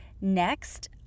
Next